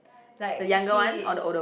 like he